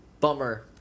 bummer